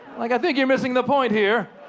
like i think you're missing the point here.